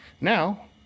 Now